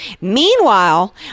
Meanwhile